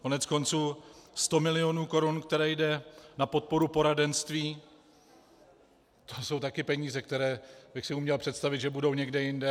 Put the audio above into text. Koneckonců 100 milionů korun, které jdou na podporu poradenství, to jsou také peníze, které bych si uměl představit, že budou někde jinde.